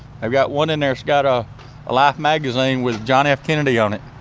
they've got one in there, it's got a life magazine with john f. kennedy on it.